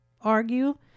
argue